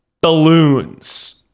Balloons